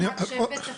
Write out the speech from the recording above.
רק שם ותפקיד,